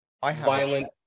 violent